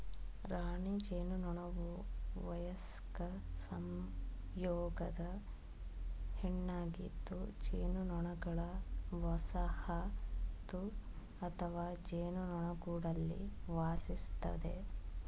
ರಾಣಿ ಜೇನುನೊಣವುವಯಸ್ಕ ಸಂಯೋಗದ ಹೆಣ್ಣಾಗಿದ್ದುಜೇನುನೊಣಗಳವಸಾಹತುಅಥವಾಜೇನುಗೂಡಲ್ಲಿವಾಸಿಸ್ತದೆ